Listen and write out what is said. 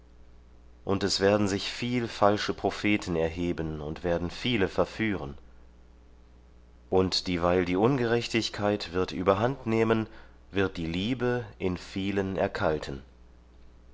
und es werden sich viel falsche propheten erheben und werden viele verführen und dieweil die ungerechtigkeit wird überhandnehmen wird die liebe in vielen erkalten